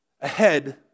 Ahead